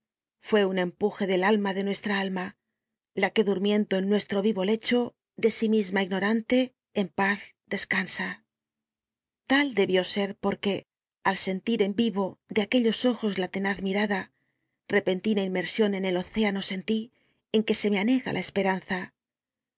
fué un empuje del alma de nuestra alma la que durmiendo en nuestro vivo lecho de sí misma ignorante en paz descansa tal debió ser porque al sentir en vivo de aquellos ojos la tenaz mirada repentina inmersión en el océano sentí en que se me anega la esperanza